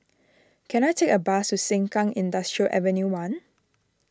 can I take a bus to Sengkang Industrial Avenue one